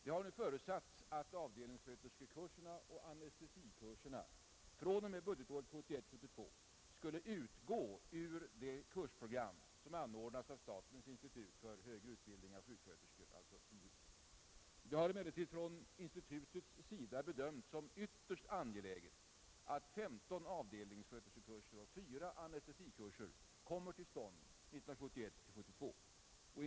Det har förutsatts att avdelningssköterskekurserna och anestesikurserna fr.o.m. budgetåret 1971 72.